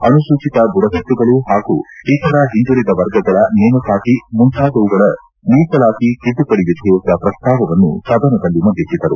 ಅನುಸೂಚತ ಬುಡಕಟ್ಟುಗಳು ಹಾಗೂ ಇತರ ಹಿಂದುಳದ ವರ್ಗಗಳ ನೇಮಕಾತಿ ಮುಂತಾದವುಗಳ ಮೀಸಲಾತಿ ತಿದ್ದುಪಡಿ ವಿಧೇಯಕ ಪ್ರಸ್ತಾವವನ್ನು ಸದನದಲ್ಲಿ ಮಂಡಿಸಿದರು